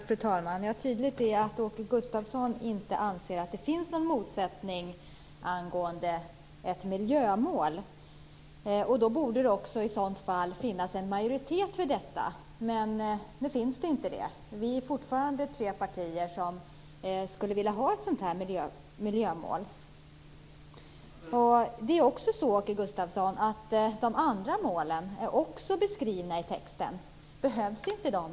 Fru talman! Det är tydligt att Åke Gustavsson inte anser att det finns någon motsättning angående ett miljömål. Det borde i sådant fall också finnas en majoritet för detta, men det finns inte. Det är fortfarande tre partier som skulle vilja ha ett sådant miljömål. De andra målen, Åke Gustavsson, är också beskrivna i propositionstexten. Behövs de inte då?